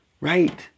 Right